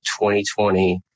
2020